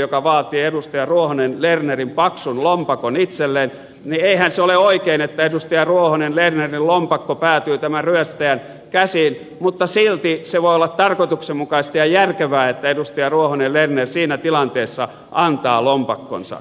joka vaatii edustaja ruohonen lernerin paksun lompakon itselleen niin eihän se ole oikein että edustaja ruohonen lernerin lompakko päätyy tämän ryöstäjän käsiin mutta silti se voi olla tarkoituksenmukaista ja järkevää että edustaja ruohonen lerner siinä tilanteessa antaa lompakkonsa